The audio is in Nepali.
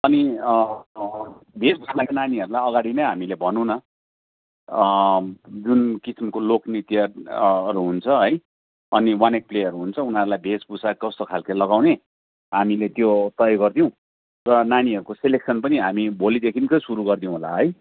अनि नानीलाई अगाडि नै हामीले भनौँ न जुन कि किसिमको लोकनृत्यहरू हुन्छ है अनि वान एक्ट प्लेहरू हुन्छ उनीहरूलाई वेशभूषा कस्तो खालको लगाउने हामीले त्यो तय गरिदिउँ र नानीहरूको सेलेक्सन पनि हामी भोलिदेखिकै सुरु गरिदिउँ होला है